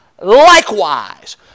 Likewise